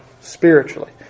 spiritually